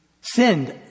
sinned